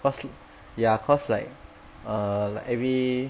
cause ya cause like err like every